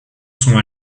sont